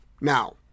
Now